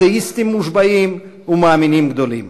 אתאיסטים מושבעים ומאמינים גדולים.